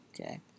Okay